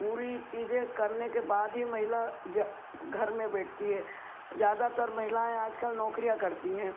पूरी चीज़ें करने के बाद ही महिला घर में बैठती है ज़्यादातर महिलाएं आजकल नौकरियां करती हैं